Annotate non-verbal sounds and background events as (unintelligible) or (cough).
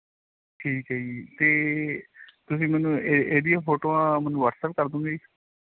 ਠੀਕ ਹੈ ਜੀ ਅਤੇ ਤੁਸੀਂ ਮੈਨੂੰ ਏ (unintelligible) ਇਹਦੀਆਂ ਫੋਟੋਆਂ ਮੈਨੂੰ ਵੱਅਟਸਐਪ ਕਰ ਦੇਵੋਗੇ ਜੀ